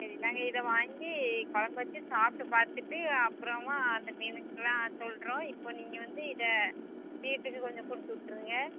சரி நாங்கள் இதை வாங்கி கொழம்பு வெச்சு சாப்பிட்டு பார்த்துட்டு அப்புறமா அந்த மீனுக்கெல்லா சொல்கிறோம் இப்போ நீங்கள் வந்து இதை வீட்டுக்கு கொஞ்சம் கொடுத்து விட்ருங்க